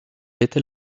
était